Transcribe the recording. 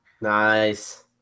Nice